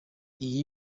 iyi